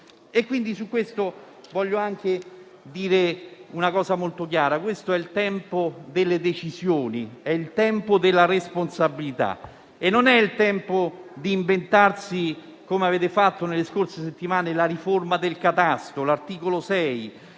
1,5 euro. Voglio aggiungere una cosa molto chiara. Questo è il tempo delle decisioni, è il tempo della responsabilità; non è il tempo di inventarsi, come avete fatto nelle scorse settimane, la riforma del catasto (di cui all'articolo 6